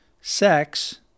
sex